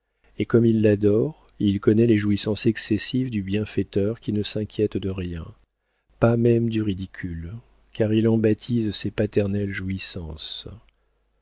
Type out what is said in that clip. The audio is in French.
et comme il l'adore il connaît les jouissances excessives du bienfaiteur qui ne s'inquiète de rien pas même du ridicule car il en baptise ses paternelles jouissances